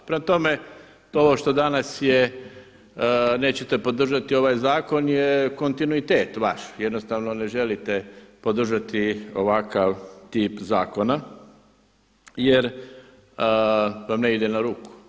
Prema tome, ovo što danas je, nećete podržati ovaj zakon je kontinuitet vaš, jednostavno ne želite podržati ovakav tip zakona jer vam ne ide na ruku.